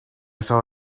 saw